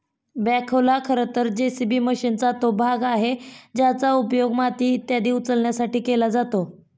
बॅखोला खरं तर जे.सी.बी मशीनचा तो भाग आहे ज्याचा उपयोग माती इत्यादी उचलण्यासाठी केला जातो